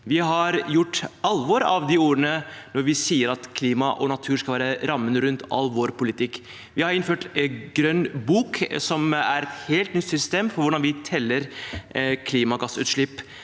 Vi har gjort alvor av ordene når vi har sagt at klima og natur skal være rammen rundt all vår politikk. Vi har innført grønn bok, som er et helt nytt system for hvordan vi teller klimagassutslipp.